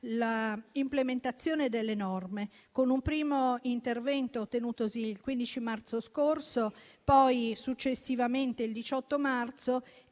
l'implementazione delle norme, con un primo intervento tenutosi il 15 marzo scorso, poi successivamente il 18 marzo